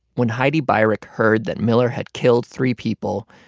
when heidi beirich heard that miller had killed three people,